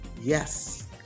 Yes